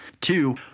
Two